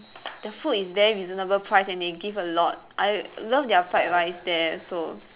the food is very reasonable price and they give a lot I love their fried rice there also